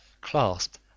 clasped